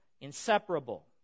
inseparable